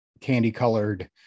candy-colored